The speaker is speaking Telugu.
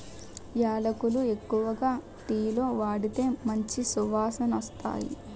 యాలకులు ఎక్కువగా టీలో వాడితే మంచి సువాసనొస్తాయి